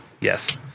Yes